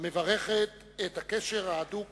המברכת את הקשר ההדוק